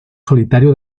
solitario